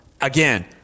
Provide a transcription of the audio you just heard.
again